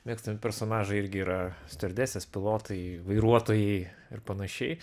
mėgstami personažai irgi yra stiuardesės pilotai vairuotojai ir panašiai